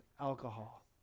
alcohol